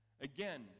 Again